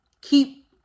keep